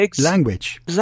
Language